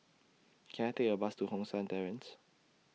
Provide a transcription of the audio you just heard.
Can I Take A Bus to Hong San Terrace